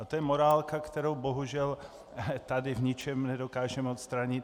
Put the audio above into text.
A to je morálka, kterou bohužel tady v ničem nedokážeme odstranit.